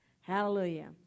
hallelujah